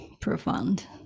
profound